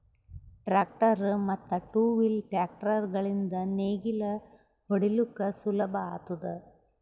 tractor ಮತ್ತ್ two wheel tractor ಗಳಿಂದ್ ನೇಗಿಲ ಹೊಡಿಲುಕ್ ಸುಲಭ ಆತುದ